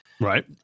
Right